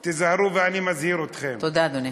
תיזהרו, אני מזהיר אתכם, תודה, אדוני.